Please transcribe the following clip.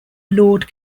lord